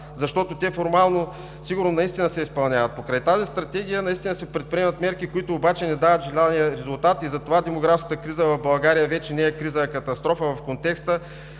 защото те формално сигурно наистина се изпълняват. Покрай тази стратегия се предприемат мерки, които обаче не дават желания резултат и затова демографската криза в България вече не е криза, а катастрофа в контекста